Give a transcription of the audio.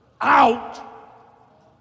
out